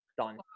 Done